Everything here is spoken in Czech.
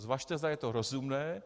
Zvažte, zda je to rozumné.